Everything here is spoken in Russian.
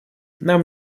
нам